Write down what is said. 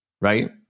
right